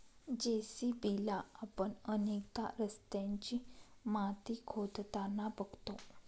JCB ला आपण अनेकदा रस्त्याची माती खोदताना बघतो